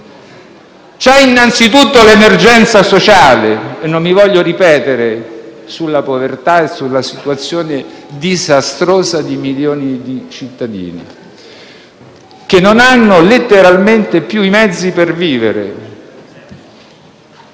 C'è innanzitutto l'emergenza sociale, e non voglio ripetermi sulla povertà e sulla situazione disastrosa di milioni di cittadini che non hanno letteralmente più i mezzi per vivere.